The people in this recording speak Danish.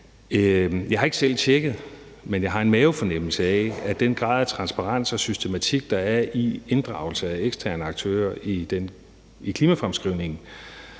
Jeg har ikke selv tjekket det, men jeg har en mavefornemmelse af, at den grad af transparens og systematik, der er i inddragelse af eksterne aktører i klimafremskrivningen,